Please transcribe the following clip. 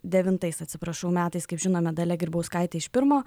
devintais atsiprašau metais kaip žinome dalia grybauskaitė iš pirmo